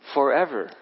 Forever